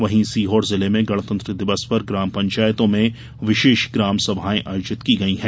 वहीं सीहोर जिले में गणतंत्र दिवस पर ग्राम पंचायतों में विशेष ग्रामसभायें आयोजित की गई हैं